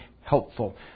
helpful